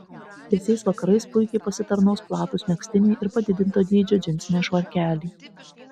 vėsiais vakarais puikiai pasitarnaus platūs megztiniai ir padidinto dydžio džinsiniai švarkeliai